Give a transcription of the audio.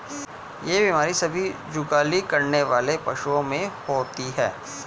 यह बीमारी सभी जुगाली करने वाले पशुओं में होती है